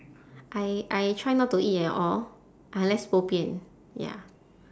I I try not to eat at all unless bo bian ya